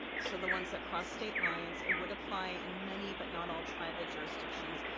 so the ones that cross state lines, it would apply and many but not all tribal jurisdictions.